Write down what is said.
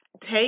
take